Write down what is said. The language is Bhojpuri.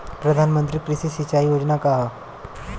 प्रधानमंत्री कृषि सिंचाई योजना का ह?